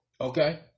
Okay